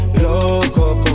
loco